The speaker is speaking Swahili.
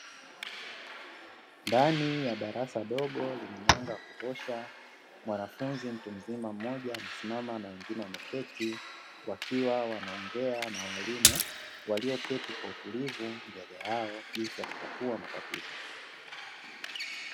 Ndani ya darasa dogo lenye mwanga wa kutosha mwanafunzi mtu mzima mmoja amesimama na wengine wameketi, wakiwa wanaongea na Walimu walioketi kwa utulivu mbele yao jinsi ya kutatua matatizo.